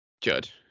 Judge